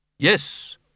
Yes